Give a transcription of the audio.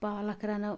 پالَک رَنو